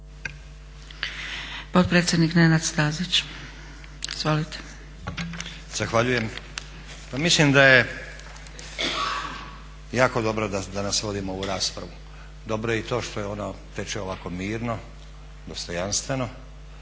Potpredsjednik Nenad Stazić, izvolite. **Stazić, Nenad (SDP)** Zahvaljujem. Pa mislim da je jako dobro da danas vodimo ovu raspravu. Dobro je i to što ona teče ovako mirno, dostojanstveno,